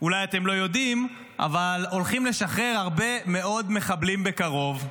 אולי אתם לא יודעים אבל הולכים לשחרר הרבה מאוד מחבלים בקרוב.